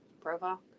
profile